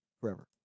forever